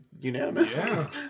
unanimous